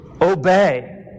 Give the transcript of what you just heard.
obey